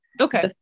Okay